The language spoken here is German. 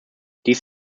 dies